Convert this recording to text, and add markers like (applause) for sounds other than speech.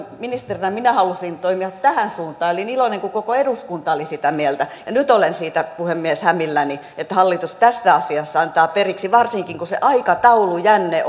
ministerinä minä halusin toimia tähän suuntaan ja olin iloinen kun koko eduskunta oli sitä mieltä ja nyt olen siitä puhemies hämilläni että hallitus tässä asiassa antaa periksi varsinkin kun se aikataulujänne (unintelligible)